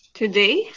today